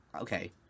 okay